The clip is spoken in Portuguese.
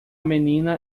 menina